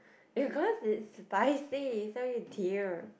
because it's spicy so you tear